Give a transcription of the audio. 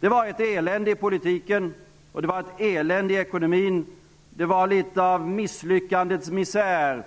Det var ett elände i politiken, och det var ett elände i ekonomin. Det var litet av misslyckandets misär